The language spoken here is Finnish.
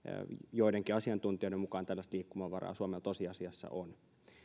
joidenkin asiantuntijoiden mukaan tällaista liikkumavaraa suomella tosiasiassa on